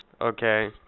okay